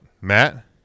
matt